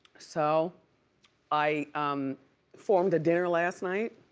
so i formed a dinner last night.